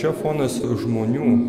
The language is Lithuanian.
čia fonas žmonių